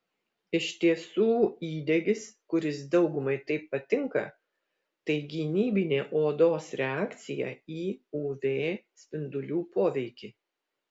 iš tiesų įdegis kuris daugumai taip patinka tai gynybinė odos reakcija į uv spindulių poveikį